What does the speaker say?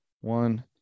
one